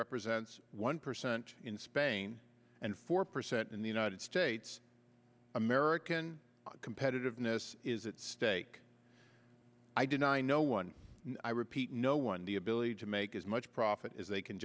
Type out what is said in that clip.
represents one percent in spain and four percent in the united states american competitiveness is at stake i deny no one i repeat no one the ability to make as much profit as they can